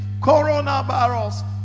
coronavirus